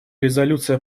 резолюция